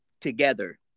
together